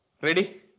Ready